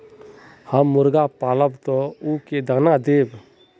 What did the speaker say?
हम मुर्गा पालव तो उ के दाना देव?